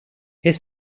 his